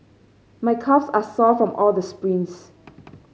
my calves are sore from all the sprints